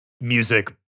music